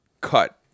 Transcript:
cut